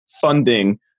funding